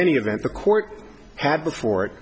any event the court had before